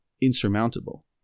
insurmountable